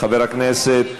חבר הכנסת